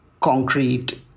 concrete